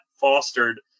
fostered